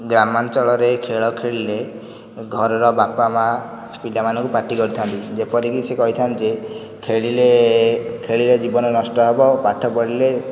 ଗ୍ରାମାଞ୍ଚଳରେ ଖେଳ ଖେଳିଲେ ଘରର ବାପାମା' ପିଲାମାନଙ୍କୁ ପାଟି କରିଥାନ୍ତି ଯେପରିକି ସେ କହିଥାନ୍ତି ଖେଳିଲେ ଖେଳିଲେ ଜୀବନ ନଷ୍ଟ ହେବ ପାଠ ପଢ଼ିଲେ